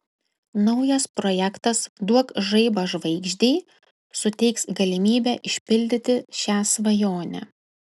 naujas projektas duok žaibą žvaigždei suteiks galimybę išpildyti šią svajonę